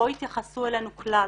לא התייחסו אלינו כלל.